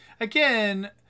again